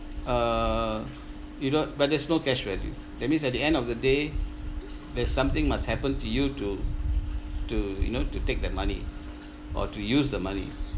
err you know but there's no cash value that means at the end of the day there's something must happen to you to to you know to take that money or to use the money